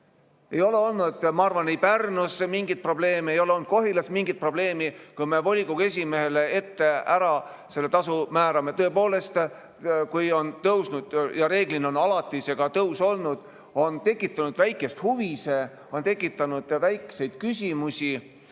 Ei ole olnud, ma arvan, Pärnus mingeid probleeme, ei ole olnud Kohilas mingit probleemi, kui me volikogu esimehele ette ära selle tasu oleme määranud. Tõepoolest, kui tasu on tõusnud – ja reeglina on alati see tõus olnud –, on see tekitanud vaid väikest huvi, on tekitanud väikseid küsimusi